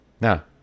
Now